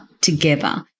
together